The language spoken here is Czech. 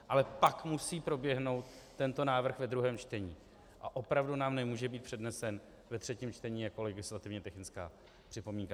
Ale pak musí proběhnout tento návrh ve druhém čtení a opravdu nám nemůže být přednesen ve třetím čtení jako legislativně technická připomínka.